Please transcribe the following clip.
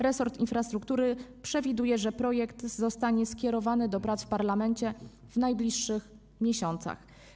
Resort infrastruktury przewiduje, że projekt zostanie skierowany do prac w parlamencie w najbliższych miesiącach.